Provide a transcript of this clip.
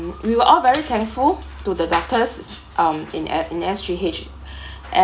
we were all very thankful to the doctors um in uh in S_G_H